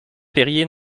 perier